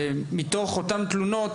ומתוך אותן תלונות,